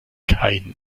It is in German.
kein